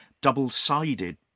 double-sided